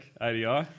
ADI